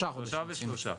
שלושה ושלושה.